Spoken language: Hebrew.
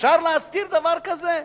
אפשר להסתיר דבר כזה,